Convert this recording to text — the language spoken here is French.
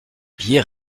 billets